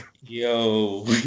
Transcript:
Yo